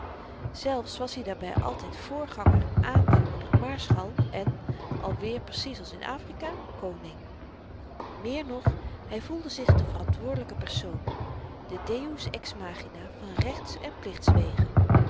zelfs was-i daarby altyd voorganger aanvoerder maarschalk en alweer precies als in afrika koning meer nog hy voelde zich de verantwoordelyke persoon de deus ex machinâ van rechts en